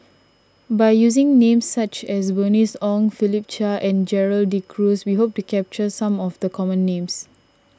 by using names such as Bernice Ong Philip Chia and Gerald De Cruz we hope to capture some of the common names